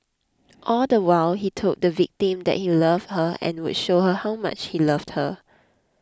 all the while he told the victim that he loved her and would show her how much he loved her